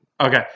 okay